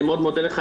אני מאוד מודה לך,